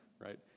right